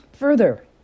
Further